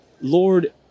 Lord